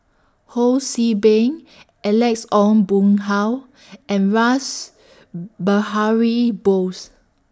Ho See Beng Alex Ong Boon Hau and Rash Behari Bose